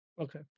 Okay